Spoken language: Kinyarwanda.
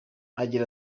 agira